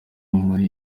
muri